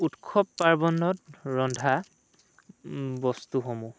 উৎসৱ পাৰ্বণত ৰন্ধা বস্তুসমূহ